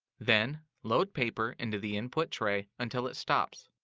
then, load paper into the input tray until it stops.